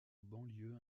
banlieue